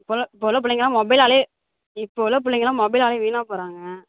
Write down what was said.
இப்போ உள்ள இப்போ உள்ள பிள்ளைங்களலாம் மொபைலாலே இப்போ உள்ள பிள்ளைங்கள்லாம் மொபைலாலே வீணாப்போகறாங்க